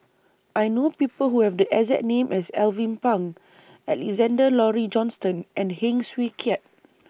I know People Who Have The exact name as Alvin Pang Alexander Laurie Johnston and Heng Swee Keat